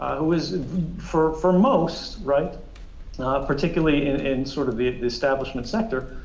who is for for most, right particularly in sort of the establishment sector,